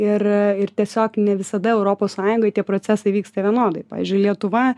ir ir tiesiog ne visada europos sąjungoj tie procesai vyksta vienodai pavyzdžiui lietuva